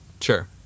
Sure